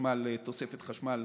תוספת חשמל